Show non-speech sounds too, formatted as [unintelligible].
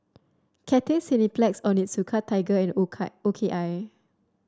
Cathay Cineplex Onitsuka Tiger and [unintelligible] O K I